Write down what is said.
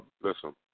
listen